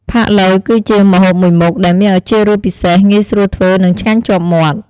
ផាក់ឡូវ គឺជាម្ហូបមួយមុខដែលមានឱជារសពិសេស ងាយស្រួលធ្វើ និងឆ្ងាញ់ជាប់មាត់។